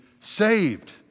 saved